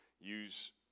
use